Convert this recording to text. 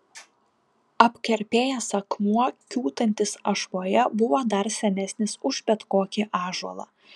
apkerpėjęs akmuo kiūtantis ašvoje buvo dar senesnis už bet kokį ąžuolą